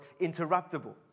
interruptible